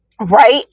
Right